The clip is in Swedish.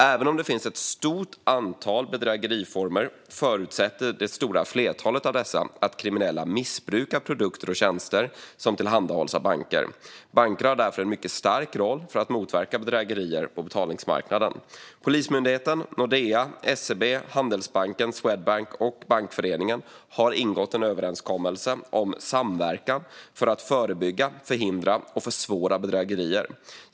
Även om det finns ett stort antal bedrägeriformer förutsätter det stora flertalet av dessa att kriminella missbrukar produkter och tjänster som tillhandahålls av banker. Banker har därför en mycket stark roll för att motverka bedrägerier på betalningsmarknaden. Polismyndigheten, Nordea, SEB, Handelsbanken, Swedbank och Bankföreningen har ingått en överenskommelse om samverkan för att förebygga, förhindra och försvåra bedrägerier.